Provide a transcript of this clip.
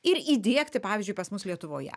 ir įdiegti pavyzdžiui pas mus lietuvoje